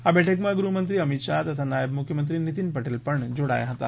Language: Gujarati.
આ બેઠકમાં ગૃહમંત્રી અમિત શાહ તથા નાયબ મુખ્યમંત્રી નીતીન પટેલ પણ જોડાયા હતા